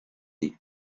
est